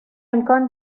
امکان